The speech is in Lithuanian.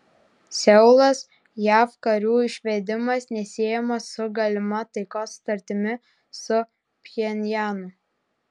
seulas jav karių išvedimas nesiejamas su galima taikos sutartimi su pchenjanu